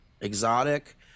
exotic